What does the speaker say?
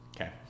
Okay